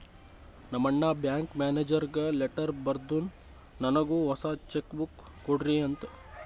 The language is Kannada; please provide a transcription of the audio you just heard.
ನಮ್ ಅಣ್ಣಾ ಬ್ಯಾಂಕ್ ಮ್ಯಾನೇಜರ್ಗ ಲೆಟರ್ ಬರ್ದುನ್ ನನ್ನುಗ್ ಹೊಸಾ ಚೆಕ್ ಬುಕ್ ಕೊಡ್ರಿ ಅಂತ್